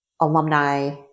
alumni